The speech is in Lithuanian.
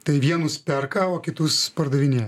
tai vienus perka o kitus pardavinėja